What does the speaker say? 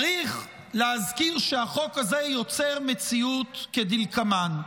צריך להזכיר שהחוק הזה יוצר מציאות כדלקמן: